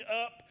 up